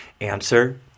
Answer